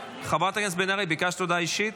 חברת הכנסת בן ארי, ביקשת הודעה אישית?